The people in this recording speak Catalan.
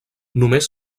només